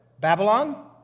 Babylon